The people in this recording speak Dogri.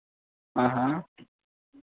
हां हां